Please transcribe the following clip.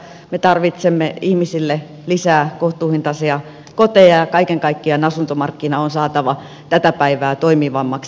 me tarvitsemme ihmisille lisää kohtuuhintaisia koteja ja kaiken kaikkiaan asuntomarkkina on saatava tätä päivää toimivammaksi